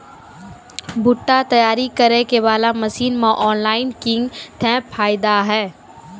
भुट्टा तैयारी करें बाला मसीन मे ऑनलाइन किंग थे फायदा हे?